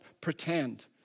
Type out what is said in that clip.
pretend